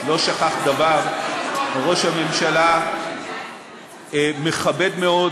ראש הממשלה לא שכח דבר, וראש הממשלה מכבד מאוד